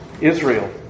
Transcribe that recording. Israel